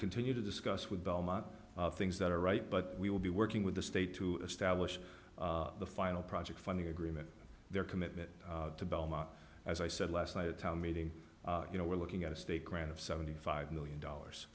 continue to discuss with belmont things that are right but we will be working with the state to establish the final project funding agreement their commitment to belmont as i said last night a town meeting you know we're looking at a state grant of seventy five million dollars